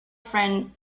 friend